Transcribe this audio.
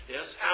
Yes